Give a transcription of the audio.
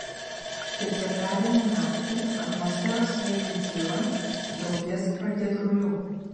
ketvirtadienio naktį atmosferos slėgiui kylant daugės pragiedrulių